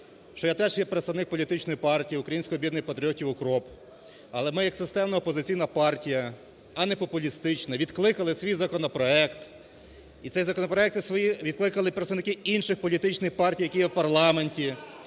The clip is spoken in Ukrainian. що я теж є представник політичної партії, Українського об'єднання патріотів "УКРОП". Але ми як системна, опозиційна партія, а непопулістична, відкликали свій законопроект і ці законопроекти свої відкликали представники інших політичних партій, які є в парламенті